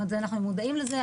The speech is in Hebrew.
אנחנו מודעים לזה,